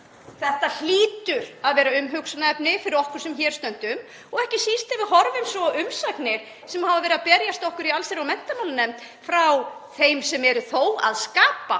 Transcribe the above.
Þetta hlýtur að vera umhugsunarefni fyrir okkur sem hér stöndum og ekki síst ef við horfum svo á umsagnir sem hafa verið að berast okkur í allsherjar- og menntamálanefnd frá þeim sem eru þó að skapa